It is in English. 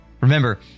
Remember